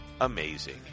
amazing